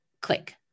click